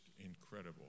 incredible